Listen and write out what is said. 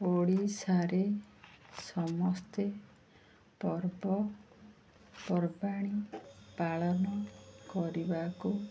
ଓଡ଼ିଶାରେ ସମସ୍ତେ ପର୍ବପର୍ବାଣି ପାଳନ କରିବାକୁ